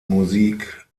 musik